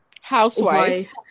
housewife